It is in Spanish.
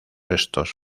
restos